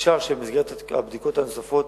אפשר שבמסגרת הבדיקות הנוספות